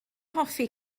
hoffi